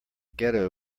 ghetto